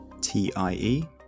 T-I-E